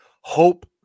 hope